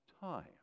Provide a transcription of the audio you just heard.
time